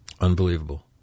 unbelievable